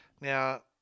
Now